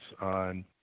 on